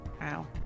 Wow